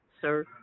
sir